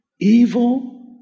evil